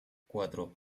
cuatro